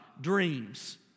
dreams